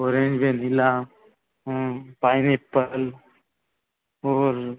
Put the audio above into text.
orange vanilla pineapple और